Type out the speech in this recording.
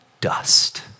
dust